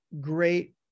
great